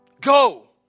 go